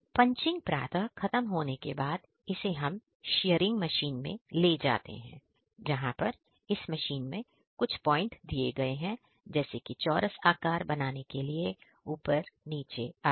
punching प्रातः खत्म होने के बाद इसे हम शीयरिंग मशीन में ले जाते हैं जहां पर इस मशीन में कुछ पॉइंट दिए गए हैं जैसे कि चौरस आकार बनाने के लिए ऊपर नीचे आदि